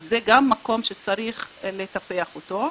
זה גם מקום שצריך לטפח אותו.